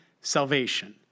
salvation